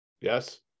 yes